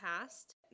past